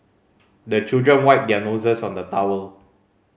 the children wipe their noses on the towel